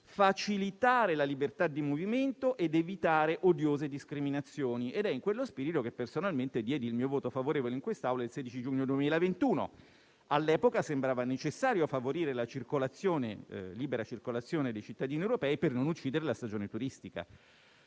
facilitare la libertà di movimento ed evitare odiose discriminazioni; è in quello spirito che personalmente espressi il mio voto favorevole in questa Aula il 16 giugno 2021: all'epoca sembrava necessario favorire la libera circolazione dei cittadini europei, per non uccidere la stagione turistica.